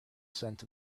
scent